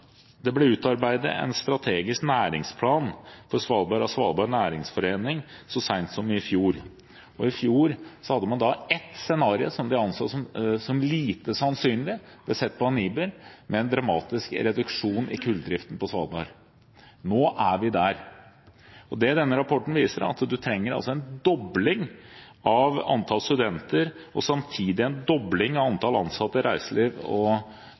Det ble utarbeidet en strategisk næringsplan for Svalbard av Svalbard Næringsforening så sent som i fjor. I fjor hadde man ett scenario som de anså som lite sannsynlig – det ble sett på av NIBR – med en dramatisk reduksjon i kulldriften på Svalbard. Nå er vi der. Det denne rapporten viser, er at man trenger en dobling av antall studenter og samtidig en dobling av antall ansatte i reiseliv og